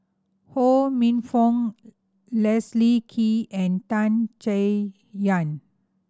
Ho Minfong Leslie Kee and Tan Chay Yan